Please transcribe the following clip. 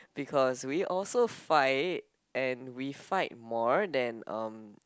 because we also fight and we fight more than um